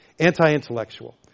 Anti-intellectual